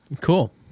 Cool